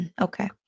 Okay